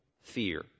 fear